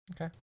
Okay